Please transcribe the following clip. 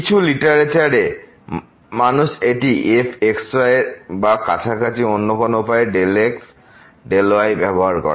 কিছু লিটারেচার এ মানুষ এটি fxy বা কাছাকাছি অন্য কোন উপায়ে ∂x∂yএর ব্যবহার করে